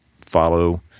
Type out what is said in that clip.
follow